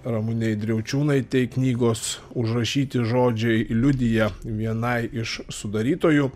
ramunei driaučiūnaitei knygos užrašyti žodžiai liudija vienai iš sudarytojų